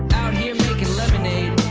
out here making lemonade